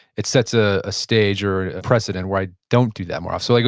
it sets ah a stage or a precedent where i don't do that more so like